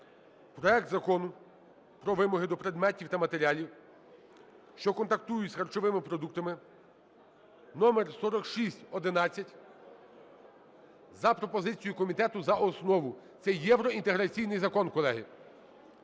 проект Закону про вимоги до предметів та матеріалів, що контактують з харчовими продуктами (№ 4611) за пропозицією комітету за основу. Це євроінтеграційний закон, колеги.